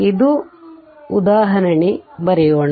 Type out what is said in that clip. ಈ ಉದಾಹರಣೆಗೆ ಬರೋಣ